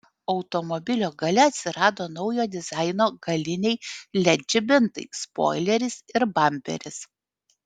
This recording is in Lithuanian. automobilio gale atsirado naujo dizaino galiniai led žibintai spoileris ir bamperis